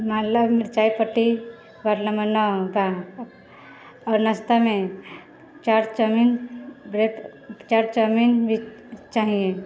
नाला मिरचाइ पट्टी वार्ड नम्बर नओ आओर नाश्तामे chaat chowmein bread chaat chowmein भी चाही